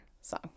song